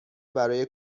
برای